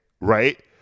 right